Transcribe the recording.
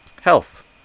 health